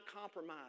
compromise